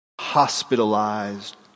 hospitalized